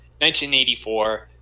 1984